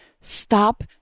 stop